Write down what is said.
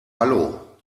hallo